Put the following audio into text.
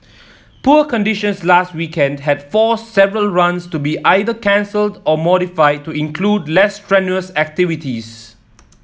poor conditions last weekend had forced several runs to be either cancelled or modified to include less strenuous activities